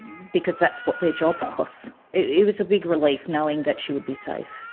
because that's what their job was. it it was a big relief knowing that she would be safe.